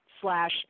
slash